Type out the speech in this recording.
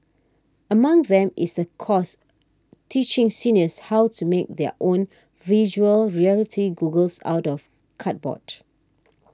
among them is a course teaching seniors how to make their own Virtual Reality goggles out of cardboard